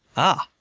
ah,